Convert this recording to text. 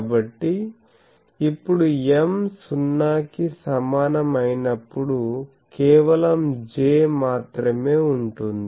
కాబట్టి ఇప్పుడు M సున్నా కి సమానం అయినప్పుడు కేవలం J మాత్రమే ఉంటుంది